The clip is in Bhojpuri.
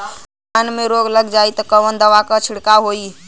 धान में रोग लग जाईत कवन दवा क छिड़काव होई?